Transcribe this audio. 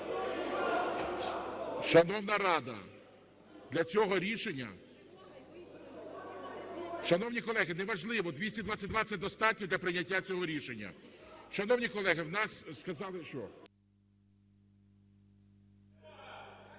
Шановна "Рада", для цього рішення… Шановні колеги, неважливо. 222 – це достатньо для прийняття цього рішення. Шановні колеги, у нас… (Шум у